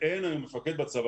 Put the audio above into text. אין היום מפקד בצבא,